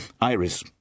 Iris